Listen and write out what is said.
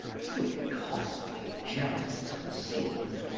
still costly gems concealed!